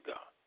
God